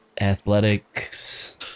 Athletics